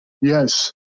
Yes